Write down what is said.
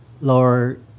lower